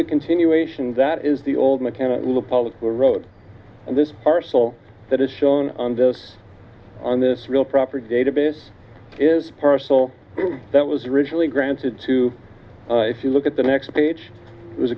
the continuation that is the old mechanic look public road and this parcel that is shown on this on this real property database is parcel that was originally granted to if you look at the next page it